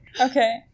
Okay